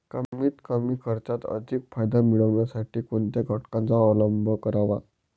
कमीत कमी खर्चात अधिक फायदा मिळविण्यासाठी कोणत्या घटकांचा अवलंब करावा?